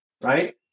right